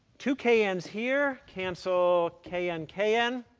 two k n's here cancel k n, k n.